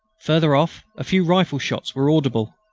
further off a few rifle shots were audible,